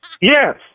Yes